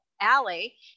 alley